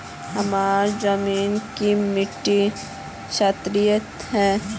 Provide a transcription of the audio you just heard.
हमार जमीन की मिट्टी क्षारीय है?